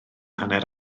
hanner